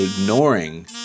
ignoring